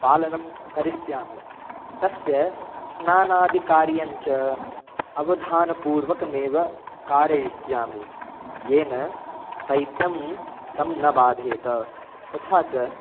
पालनं करिष्यामि तस्य स्नानादिकार्यञ्च अवधानपूर्वकमेव कारयिष्यामि येन शैत्यं तं न बाधेत तथा च